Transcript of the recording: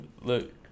look